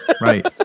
Right